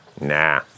nah